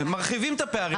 מרחיבים את הפערים.